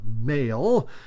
male